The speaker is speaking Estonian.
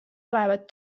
olevat